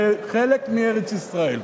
בחלק מארץ-ישראל.